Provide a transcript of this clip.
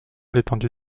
l’étendue